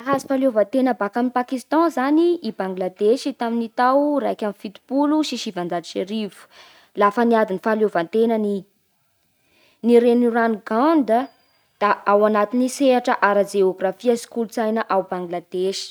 Nahazo fahaleovan-tena baka amin'i Pakistan zany i Bangladesy tamin'ny tao raika amby fitopolo sy sivanjato sy arivo lafa niady ny fahaleovan-tenany i. Ny renirano Gande da ao anatin'ny sehatra ara-jeografia sy kolotsaina ao Bangladesy.